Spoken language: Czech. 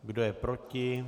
Kdo je proti?